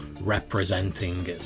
representing